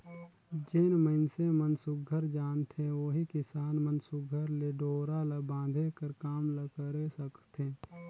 जेन मइनसे मन सुग्घर जानथे ओही किसान मन सुघर ले डोरा ल बांधे कर काम ल करे सकथे